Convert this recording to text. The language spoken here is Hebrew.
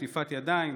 שטיפת ידיים,